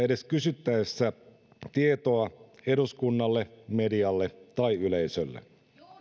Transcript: edes kysyttäessä tietoa eduskunnalle medialle tai yleisölle